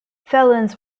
felons